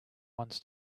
wants